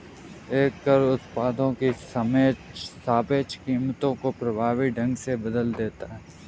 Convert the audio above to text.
एक कर उत्पादों की सापेक्ष कीमतों को प्रभावी ढंग से बदल देता है